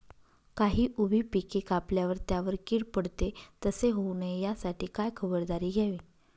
काही उभी पिके कापल्यावर त्यावर कीड पडते, तसे होऊ नये यासाठी काय खबरदारी घ्यावी?